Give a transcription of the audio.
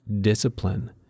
discipline